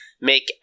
make